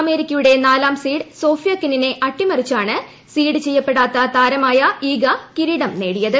അമേരിക്കയുടെ നാലാം seed Sofia കെനിനെ അട്ടിമറിച്ചാണ് സീഡ് ചെയ്യപ്പെടാത്ത് താരമായ ഈഗ കിരീടം നേടിയത്